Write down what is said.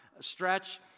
stretch